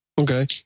Okay